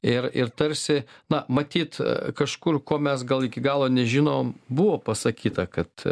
ir ir tarsi na matyt kažkur ko mes gal iki galo nežinom buvo pasakyta kad